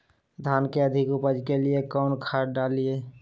धान के अधिक उपज के लिए कौन खाद डालिय?